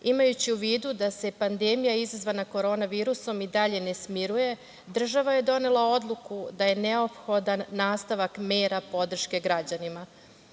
Imajući u vidu da se pandemija izazvana korona virusom i dalje ne smiruje država je donela odluku da je neophodan nastavak mera podrške građanima.